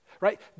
Right